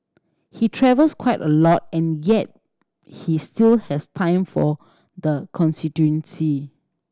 he travels quite a lot and yet he still has time for the constituency